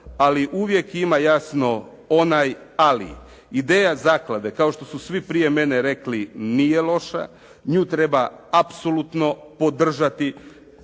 ali uvijek ima jasno onaj "ali". Ideja zaklade, kao što su svi prije mene rekli, nije loša. Nju treba apsolutno podržati